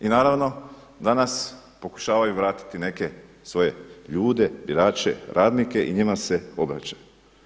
I naravno danas pokušavaju vratiti neke svoje ljude, birače, radnike i njima se obraćaju.